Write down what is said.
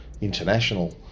international